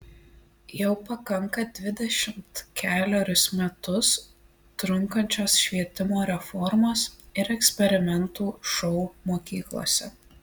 jau pakanka dvidešimt kelerius metus trunkančios švietimo reformos ir eksperimentų šou mokyklose